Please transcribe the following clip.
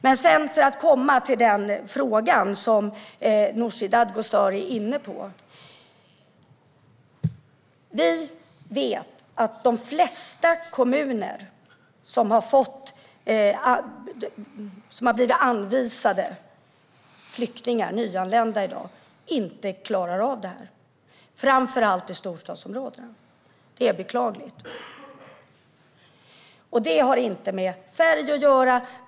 Jag ska komma till den fråga som Nooshi Dadgostar är inne på. Vi vet att de flesta kommuner som i dag har blivit anvisade nyanlända flyktingar inte klarar av det. Det gäller framför allt i storstadsområden. Det är beklagligt. Det har inte med färg att göra.